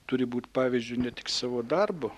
turi būt pavyzdžiu ne tik savo darbu